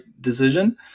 decision